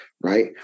Right